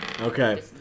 Okay